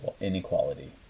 inequality